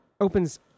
Opens